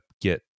get